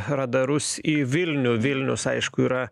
radarus į vilnių vilnius aišku yra